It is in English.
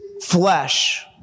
flesh